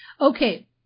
Okay